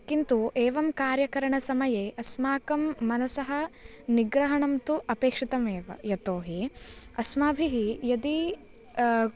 किन्तु एवं कार्यकरणसमये अस्माकं मनसः निग्रहणं तु अपेक्षितमेव यतो हि अस्माभिः यदि